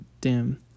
dim